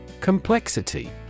Complexity